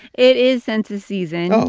it is census season. oh.